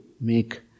make